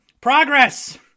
Progress